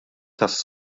tas